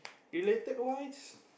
related wise